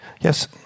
Yes